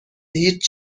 هیچ